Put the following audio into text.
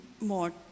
more